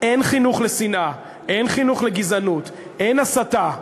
אין חינוך לשנאה, אין חינוך לגזענות, אין הסתה.